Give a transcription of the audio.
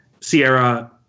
Sierra